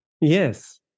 yes